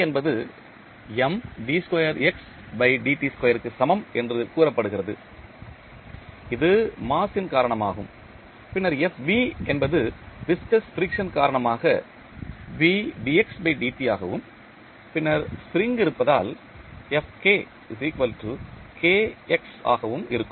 என்பது க்கு சமம் என்று கூறப்படுகிறது இது மாஸ் ன் காரணமாகும் பின்னர் என்பது விஸ்கஸ் ஃபிரிக்சன் காரணமாக ஆகவும் பின்னர் ஸ்ப்ரிங் இருப்பதால் ஆகவும் இருக்கும்